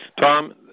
Tom